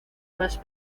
más